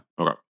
Okay